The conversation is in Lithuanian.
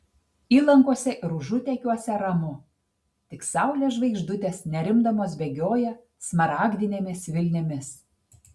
įlankose ir užutekiuose ramu tik saulės žvaigždutės nerimdamos bėgioja smaragdinėmis vilnimis